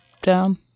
down